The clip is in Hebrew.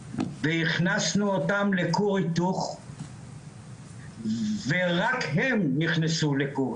והכנסנו אותם לכור היתוך ורק הם נכנסו לכור